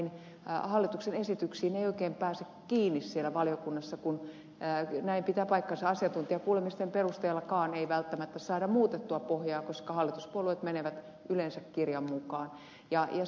näihin hallituksen esityksiin ei oikein pääse kiinni siellä valiokunnassa kun näin pitää paikkansa asiantuntijakuulemisten perusteellakaan ei välttämättä saada muutettua pohjaa koska hallituspuolueet menevät yleensä kirjan mukaan